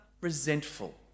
resentful